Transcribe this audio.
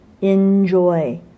Enjoy